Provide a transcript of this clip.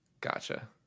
gotcha